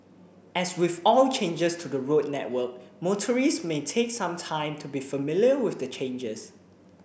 as with all changes to the road network motorists may take some time to be familiar with the changes